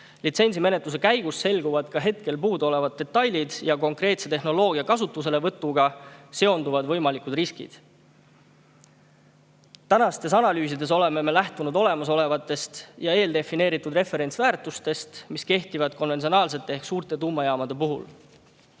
Litsentsimenetluse käigus selguvad hetkel puudu olevad detailid ja võimalikud konkreetse tehnoloogia kasutuselevõtuga seonduvad riskid. Analüüsides oleme lähtunud olemasolevatest ja eeldefineeritud referentsväärtustest, mis kehtivad konventsionaalsete suurte tuumajaamade puhul.